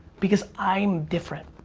because i am different.